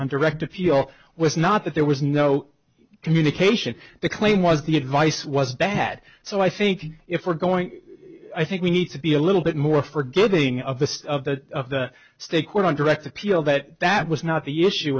on direct appeal was not that there was no communication the claim was the advice was bad so i think if we're going i think we need to be a little bit more forgiving of the state of the state court on direct appeal that that was not the issue